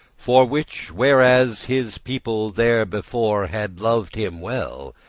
for which, whereas his people therebefore had lov'd him well,